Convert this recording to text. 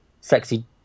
sexy